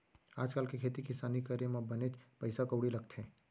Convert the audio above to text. आज काल के खेती किसानी करे म बनेच पइसा कउड़ी लगथे